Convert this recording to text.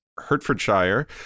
Hertfordshire